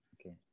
Okay